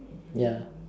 ya